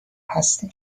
هستیم